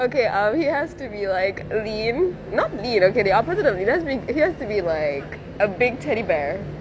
okay uh he has to be like lean not lean okay the opposite of le~ he has to be he has to be like a big teddy bear